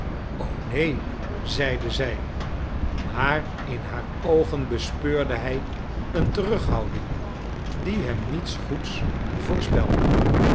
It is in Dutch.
o neen zeide zij maar in haar oogen bespeurde hij een terughouding die hem niets goeds